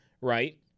right